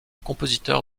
compositeur